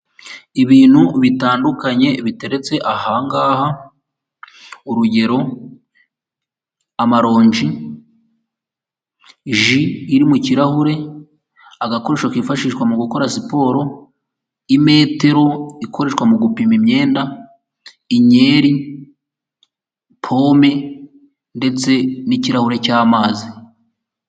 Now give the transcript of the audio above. Ibintu bitandukanye biteretse aha ngaha, urugero: amalonji, ji iri mu kirahure, agakoresho kifashishwa mu gukora siporo, imetero ikoreshwa mu gupima imyenda, inyeri, pome ndetse n'ikirahure cy'amazi.